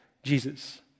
Jesus